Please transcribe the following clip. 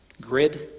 GRID